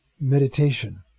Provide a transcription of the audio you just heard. meditation